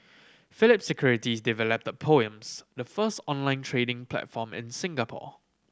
Phillip Securities developed Poems the first online trading platform in Singapore